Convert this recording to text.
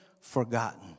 forgotten